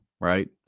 right